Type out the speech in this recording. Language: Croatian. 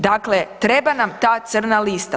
Dakle, treba nam ta crna lista.